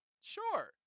Sure